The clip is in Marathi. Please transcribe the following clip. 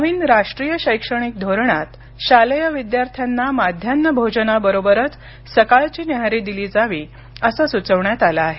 नवीन राष्ट्रीय शैक्षणिक धोरणात शालेय विद्यार्थ्यांना माध्यान्ह भोजनाबरोबरच सकाळची न्याहारी दिली जावी असं सुचवण्यात आलं आहे